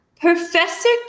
Professor